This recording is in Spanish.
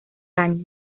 año